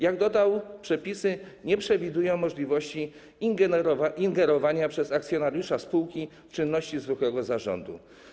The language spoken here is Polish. Jak dodał, przepisy nie przewidują możliwości ingerowania przez akcjonariusza spółki w czynności zwykłego zarządu.